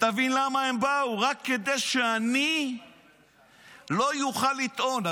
תבין למה הם באו, רק כדי שאני לא אוכל לטעון.